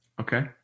Okay